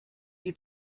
die